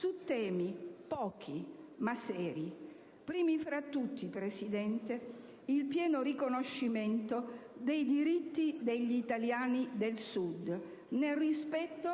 su temi, pochi, ma seri. Primi fra tutti, Presidente, il pieno riconoscimento dei diritti degli italiani del Sud nel rispetto